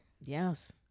yes